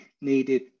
needed